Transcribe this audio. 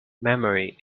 memory